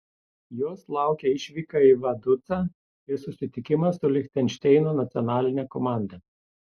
jos laukia išvyka į vaducą ir susitikimas su lichtenšteino nacionaline komanda